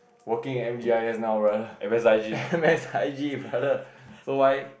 working in M G I S now brother M S I G brother